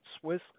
Swiss